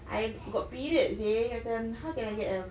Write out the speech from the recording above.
I got period seh macam how can I get err